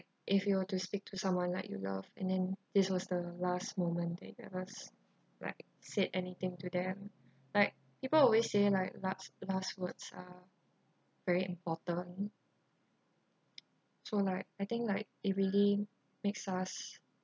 if you were to speak to someone like you love and then this was the last moment they ask like said anything to them like people always say like last last words are very important so like I think like it really makes us